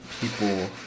people